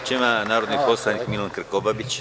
Reč ima narodni poslanik Milan Krkobabić.